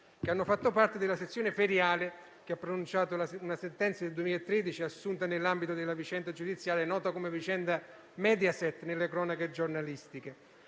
che hanno fatto parte della sezione feriale che ha pronunciato una sentenza nel 2013 assunta nell'ambito della vicenda giudiziaria nota come vicenda Mediaset nelle cronache giornalistiche.